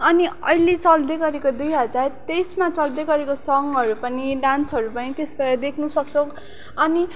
अनि अहिले चल्दै गरेको दुई हजार तेइसमा चल्दै गरेको सङहरू पनि डान्सहरू पनि त्यसबाट देख्न सक्छौँ अनि